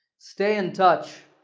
stay in touch.